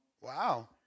Wow